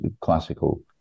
classical